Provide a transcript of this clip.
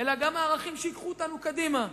אלא גם ערכים שייקחו אותנו קדימה,